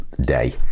day